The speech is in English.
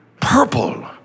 Purple